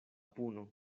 puno